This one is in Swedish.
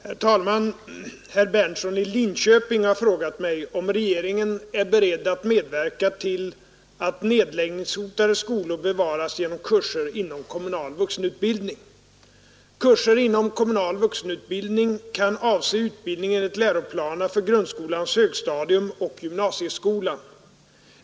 Herr talman! Herr Berndtson i Linköping har frågat mig, om regeringen är beredd medverka till att nedläggningshotade skolor bevaras genom kurser inom kommunal vuxenutbildning. Kurser inom kommunal vuxenutbildning kan avse utbildning enligt läroplanerna för grundskolans högstadium och gymnasieskolan.